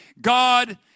God